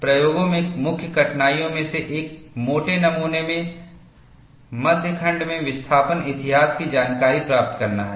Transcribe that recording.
प्रयोगों में मुख्य कठिनाइयों में से एक मोटे नमूने में मध्य खंड में विस्थापन इतिहास की जानकारी प्राप्त करना है